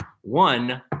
One